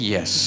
Yes